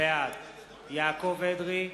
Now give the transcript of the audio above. בעד יעקב אדרי,